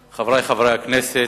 גברתי היושבת-ראש, חברי חברי הכנסת,